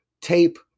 tape